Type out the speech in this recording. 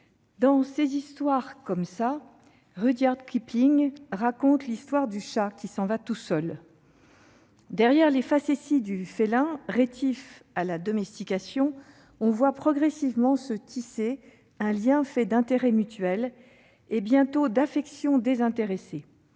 mes chers collègues, dans, Rudyard Kipling raconte l'histoire du « chat qui s'en va tout seul ». Derrière les facéties du félin, rétif à la domestication, on voit progressivement se tisser un lien fait d'intérêts mutuels et, bientôt, d'affection désintéressée.